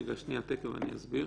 רגע, תיכף אני אסביר.